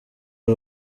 ubu